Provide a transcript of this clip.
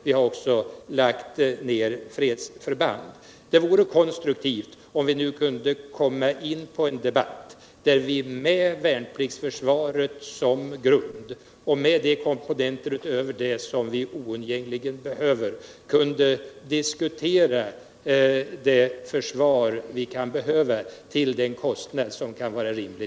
Vi har också lagt ner fredsförband. Det vore värdefullt om vi kunde få en konstruktiv debatt siktande till ett värnpliktsförsvar, med de komponenter därutöver som vi oundgängligen måste ha, till en kostnad härför som kan vara rimlig.